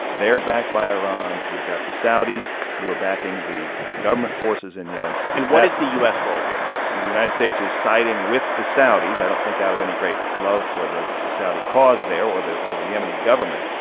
they're backed by iran. you've got the saudis, who are backing the the government forces in yemen and what is the u s. role here? the united states is siding with the saudis i don't think out of any great love for the the saudi cause there or the or the yemeni government.